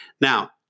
Now